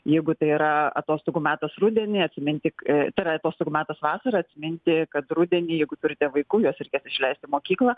jeigu tai yra atostogų metas rudenį atsiminti tai yra jeigu atostogų metas vasarą atminti kad rudenį jeigu turite vaikų juos reikės išleist į mokyklą